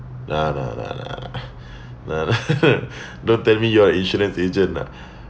nah nah nah nah nah nah don't tell me you're insurance agent ah